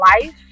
life